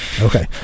okay